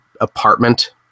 apartment